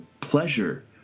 pleasure